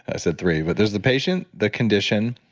i said three, but there's the patient, the condition,